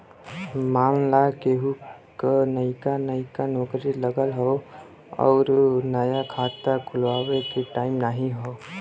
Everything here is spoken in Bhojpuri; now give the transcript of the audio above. मान ला केहू क नइका नइका नौकरी लगल हौ अउर नया खाता खुल्वावे के टाइम नाही हौ